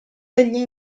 degli